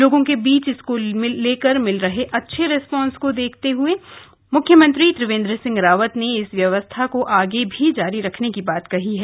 लोगों के बीच इसको लेकर मिल रहे अच्छे रेस्पोंस को देखने हुए मुख्यमंत्री त्रिवेन्द्र सिंह रावत ने इस ध्यवस्था को आगे भी जारी रखने के बात कही है